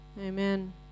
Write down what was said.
amen